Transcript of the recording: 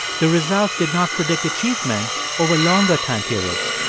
the results did not predict achievement over longer time periods.